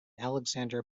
alexander